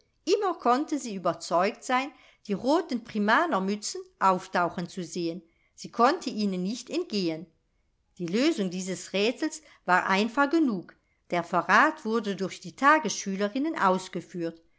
immer konnte sie überzeugt sein die roten primanermützen auftauchen zu sehen sie konnte ihnen nicht entgehen die lösung dieses rätsels war einfach genug der verrat wurde durch die tagesschülerinnen ausgeführt